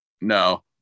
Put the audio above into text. No